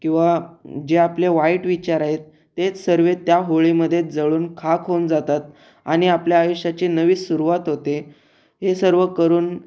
किंवा जे आपले वाईट विचार आहेत तेच सर्व त्या होळीमध्ये जळून खाक होऊन जातात आणि आपल्या आयुष्याची नवी सुरुवात होते हे सर्व करून